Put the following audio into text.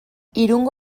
irungo